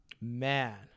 Man